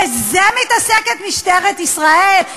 בזה מתעסקת משטרת ישראל?